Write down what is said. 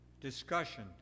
discussion